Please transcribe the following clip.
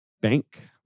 bank